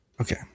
Okay